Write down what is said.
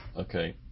Okay